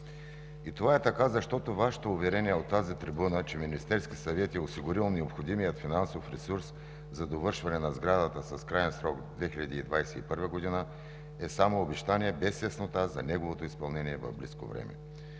Това е така, защото Вашите уверения от тази трибуна, че Министерският съвет е осигурил необходимия финансов ресурс за довършване на сградата с краен срок 2021 г. са само обещание без яснота за неговото изпълнение в близко време.